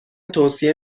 توصیه